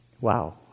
Wow